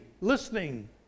Listening